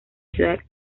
ciudad